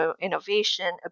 innovation